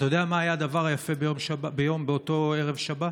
אתה יודע מה היה הדבר היפה באותו ערב שבת?